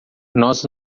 nós